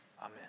Amen